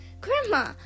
Grandma